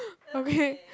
okay